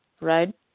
right